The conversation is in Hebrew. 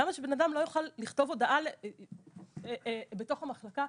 למה שבן אדם לא יוכל לכתוב הודעה בתוך המחלקה?